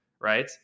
right